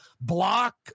block